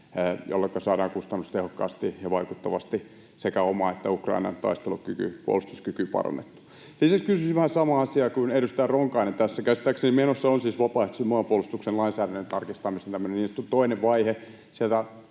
jolloinka saadaan kustannustehokkaasti ja vaikuttavasti sekä oma että Ukrainan taistelukyky, puolustuskyky, parannettua. Sitten kysyisin vähän samaa asiaa kuin edustaja Ronkainen tässä. Käsittääkseni menossa on siis vapaaehtoisen maanpuolustuksen lainsäädännön tarkistamisen niin sanottu toinen vaihe.